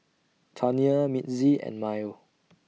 Tanya Mitzi and Myer